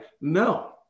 No